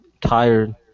tired